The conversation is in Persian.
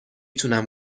تونم